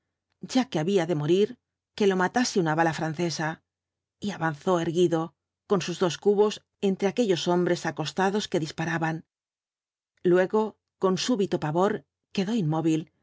ya que había de morir que lo matase una bala francesa y avanzó erguido con sus dos cubos entre aquellos hombres acostados que disparaban luego con súbito pavor quedó inmóvil